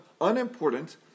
unimportant